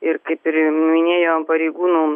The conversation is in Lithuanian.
ir kaip ir minėjo pareigūnų